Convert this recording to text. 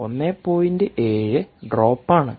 7 drop ആണ്